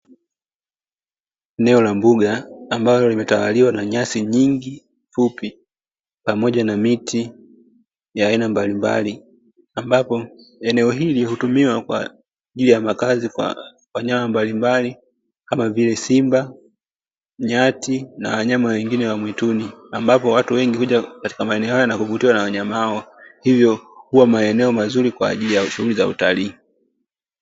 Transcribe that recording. Eneo la mbuga ambalo limetawaliwa na nyasi nyingi fupi, pamoja na miti ya aina mbalimbali ambapo eneo utumiwa kwaajili ya makazi kwa wanyama mbalimbali kama vile simba, nyati na wanyama wengine wa mwituni ambapo watu wengi huja kwenye maeneo haya na kuvutiwa na wanyama hao hivyo huwa maeneo mazuri kwaajili ya shuhuli za utalii.